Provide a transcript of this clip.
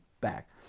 back